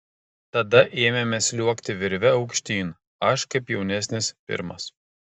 tada ėmėme sliuogti virve aukštyn aš kaip jaunesnis pirmas